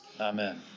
Amen